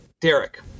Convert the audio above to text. Derek